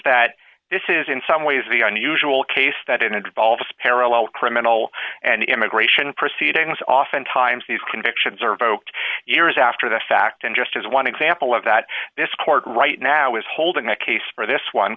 that this is in some ways the unusual case that in a devolves parallel criminal and immigration proceedings oftentimes these convictions are vote years after the fact and just as one example of that this court right now is holding a case for this one